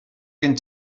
gen